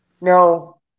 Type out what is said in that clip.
No